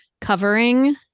covering